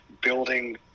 building